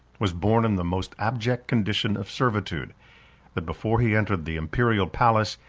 was born in the most abject condition of servitude that before he entered the imperial palace,